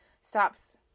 stops